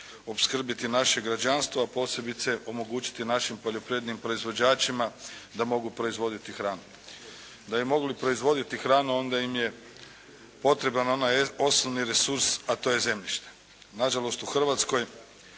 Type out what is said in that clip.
opskrbiti naše građanstvo a posebice omogućiti našim poljoprivrednim proizvođačima da mogu proizvoditi hranu. Da bi mogli proizvoditi hranu, onda im je potreban onaj osnovni resurs a to je zemljište. Nažalost u Hrvatskoj